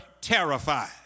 terrified